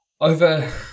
Over